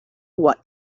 what